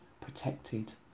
protected